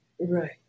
Right